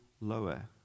lower